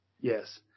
Yes